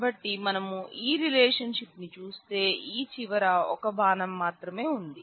కాబట్టి మనం ఈ రిలేషన్షిప్ ను చూస్తే ఈ చివర ఒక బాణం మాత్రమే ఉంది